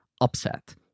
upset